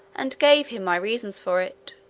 and gave him my reasons for it,